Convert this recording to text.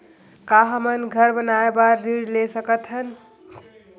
का हमन घर बनाए बार ऋण ले सकत हन?